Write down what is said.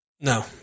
no